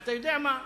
אתה יודע מה?